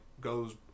goes